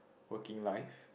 working life